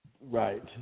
Right